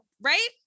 right